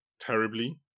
terribly